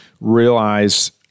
realize